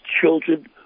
children